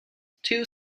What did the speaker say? two